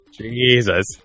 Jesus